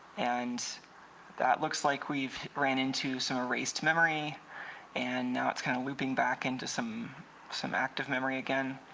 and that looks like we've ran into some a race to memory and now it's kind of looping back into some some active memory again